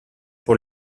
pour